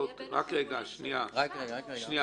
--- זה יהיה בין השיקולים של הרשם.